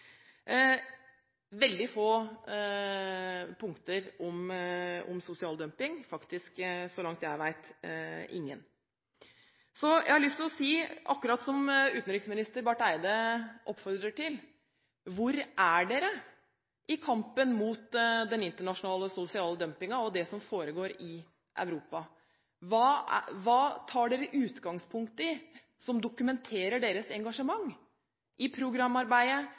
veldig få punkter om sosial dumping, faktisk – så langt jeg vet – ingen. Jeg har lyst å si – akkurat som utenriksminister Barth Eide oppfordrer til: Hvor er dere i kampen mot den internasjonale sosiale dumpingen og det som foregår i Europa? Hva tar dere utgangspunkt i som dokumenterer deres engasjement? I programarbeidet,